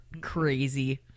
crazy